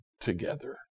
together